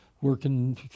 working